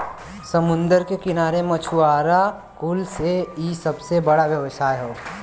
समुंदर के किनारे मछुआरा कुल से इ सबसे बड़ा व्यवसाय हौ